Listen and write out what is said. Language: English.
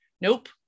nope